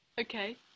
Okay